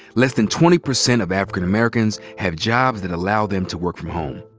less than twenty percent of african americans have jobs that allow them to work from home.